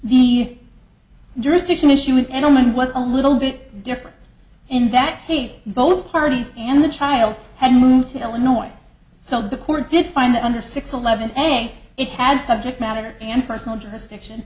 the jurisdiction issue with any woman was a little bit different in that case both parties and the child had moved to illinois so the court did find that under six eleven a it had subject matter and personal jurisdiction